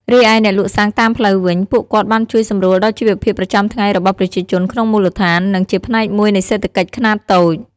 រីឯអ្នកលក់សាំងតាមផ្លូវវិញ ពួកគាត់បានជួយសម្រួលដល់ជីវភាពប្រចាំថ្ងៃរបស់ប្រជាជនក្នុងមូលដ្ឋាន និងជាផ្នែកមួយនៃសេដ្ឋកិច្ចខ្នាតតូច។